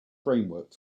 framework